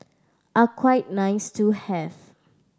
are quite nice to have